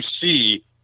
see –